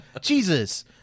Jesus